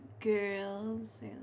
girls